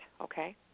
okay